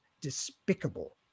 despicable